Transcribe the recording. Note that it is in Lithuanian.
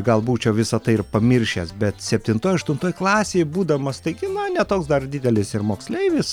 gal būčiau visa tai ir pamiršęs bet septintoj aštuntoj klasėj būdamas taigi na ne toks dar didelis ir moksleivis